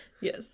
Yes